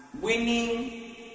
winning